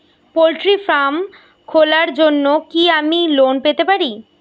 Poultry farm খোলার জন্য কি আমি লোন পেতে পারি?